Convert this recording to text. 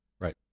Right